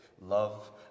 love